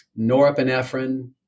norepinephrine